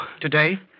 Today